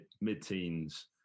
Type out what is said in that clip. mid-teens